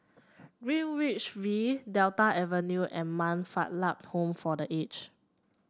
Greenwich V Delta Avenue and Man Fatt Lam Home for The Aged